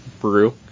brew